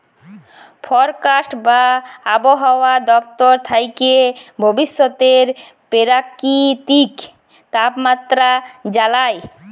forecast বা আবহাওয়া দপ্তর থ্যাকে ভবিষ্যতের পেরাকিতিক তাপমাত্রা জালায়